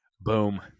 Boom